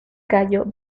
cayo